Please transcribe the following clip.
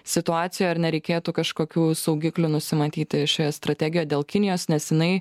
situacijoj ar nereikėtų kažkokių saugiklių nusimatyti šioje strategijoje dėl kinijos nes jinai